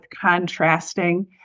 contrasting